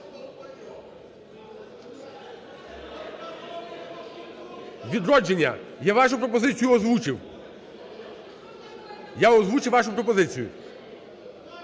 "Відродження", я вашу пропозицію озвучив. Я озвучив вашу пропозицію.